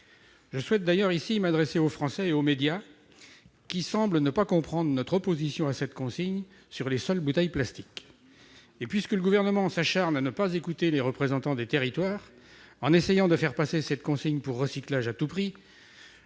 Je souhaite d'ailleurs ici m'adresser aux Français et aux médias, qui semblent ne pas comprendre notre opposition à cette consigne sur les seules bouteilles plastiques. Et puisque le Gouvernement s'acharne à ne pas écouter les représentants des territoires, en essayant de faire passer cette consigne pour recyclage à tout prix,